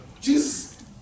Jesus